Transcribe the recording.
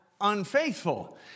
unfaithful